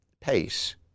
pace